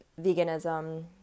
veganism